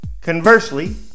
Conversely